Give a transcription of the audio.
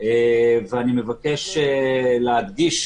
ואני מבקש להדגיש,